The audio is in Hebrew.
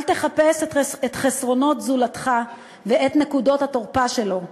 אל תחפש את חסרונות זולתך ואת נקודות התורפה שלו.